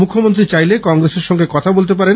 মুখ্যমন্ত্রী চাইলে কংগ্রেসের সঙ্গে কথা বলতে পারেন